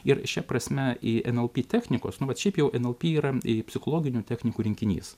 ir šia prasme į nlp technikos mat šiaip jau nlp į psichologinių technikų rinkinys